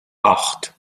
acht